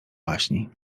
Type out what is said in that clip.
baśni